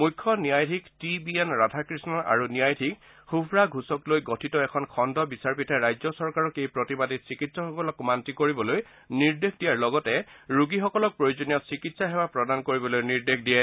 মুখ্য ন্যায়াধীশ T B N Radhakrishnan আৰু ন্যায়াধীশ শুভ্ৰা ঘোষক লৈ গঠিত এখন খণ্ড বিচাৰপীঠে ৰাজ্য চৰকাৰক এই প্ৰতিবাদী চিকিৎসকসকলক মান্তি কৰিবলৈ নিৰ্দেশ দিয়াৰ লগতে ৰোগীসকলক প্ৰয়োজনীয় চিকিৎসা সেৱা প্ৰদান কৰিবলৈ নিৰ্দেশ দিয়ে